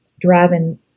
driving